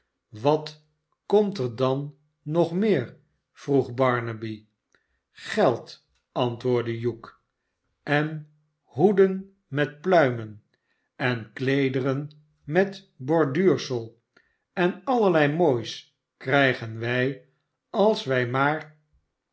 wat komt er dan nog meer vroeg barnaby geld antwoordde hugh sen hoeden met jpluimen en kleederen met borduursel en allerlei moois krijgen wij als wij maar